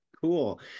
cool